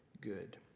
good